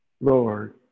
Lord